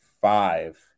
five